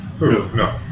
no